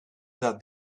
that